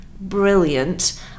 brilliant